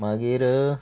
मागीर